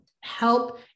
help